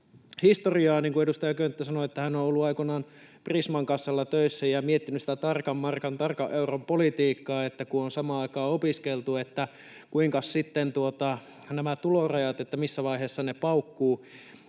kuin edustaja Könttä sanoi, hän on ollut aikoinaan Prisman kassalla töissä ja miettinyt sitä tarkan markan ja tarkan euron politiikkaa, että kun on samaan aikaan opiskeltu, niin kuinkas sitten nämä tulorajat, missä vaiheessa ne paukkuvat.